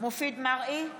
מופיד מרעי,